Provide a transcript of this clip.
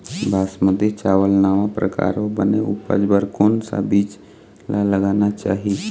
बासमती चावल नावा परकार अऊ बने उपज बर कोन सा बीज ला लगाना चाही?